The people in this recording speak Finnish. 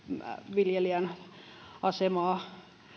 viljelijän asemaa